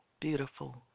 beautiful